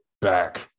back